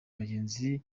bagenzi